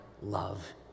love